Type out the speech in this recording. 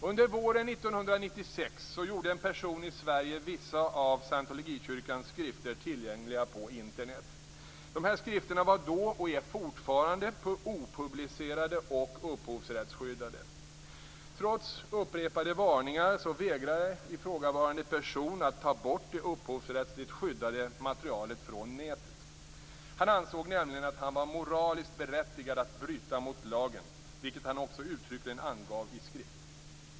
Under våren 1996 gjorde en person i Sverige vissa av Scientologikyrkans skrifter tillgängliga på Internet. Dessa skrifter var då och är fortfarande opublicerade och upphovsrättsskyddade. Trots upprepade varningar vägrade ifrågavarande person att ta bort det upphovsrättsligt skyddade materialet från nätet. Han ansåg nämligen att han var moraliskt berättigad att bryta mot lagen, vilket han också uttryckligen angav i skrift.